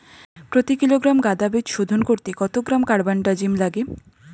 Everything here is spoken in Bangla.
প্রতি কিলোগ্রাম গাঁদা বীজ শোধন করতে কত গ্রাম কারবানডাজিম লাগে?